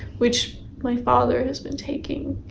which my father has been taking.